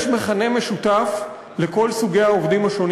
יש מכנה משותף לכל סוגי העובדים השונים